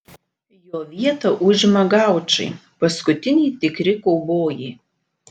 jo vietą užima gaučai paskutiniai tikri kaubojai